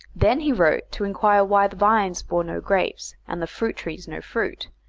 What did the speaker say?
then he wrote to inquire why the vines bore no grapes and the fruit trees no fruit,